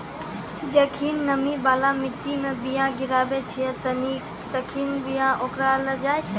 जखनि नमी बाला मट्टी मे बीया गिराबै छिये तखनि बीया ओकराय जाय छै